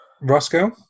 Roscoe